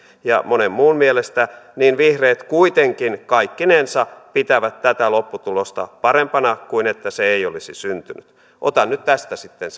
ja monen muun mielestä niin vihreät kuitenkin kaikkinensa pitävät tätä lopputulosta parempana kuin sitä että se ei olisi syntynyt ota nyt tästä sitten